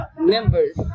members